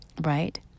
right